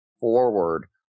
forward